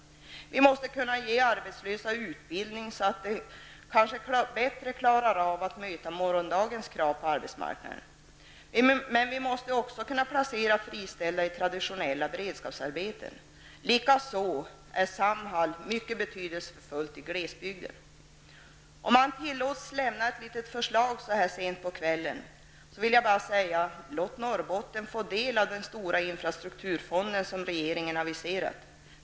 Vi måste kunna ge arbetslösa utbildning så att de kanske bättre klarar att möta morgondagens krav på arbetsmarknaden. Men vi måste också kunna placera friställda i traditionella beredskapsarbeten. Likaså är Samhall mycket betydelsefullt för många i glesbygden. Om man tillåts lämna ett litet förslag så här sent på kvällen vill jag säga: Låt Norrbotten få del av den stora infrastrukturfond som regeringen aviserat.